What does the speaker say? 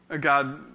God